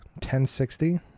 1060